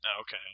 Okay